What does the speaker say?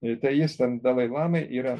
tai jis ten dalai lamai yra